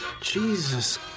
Jesus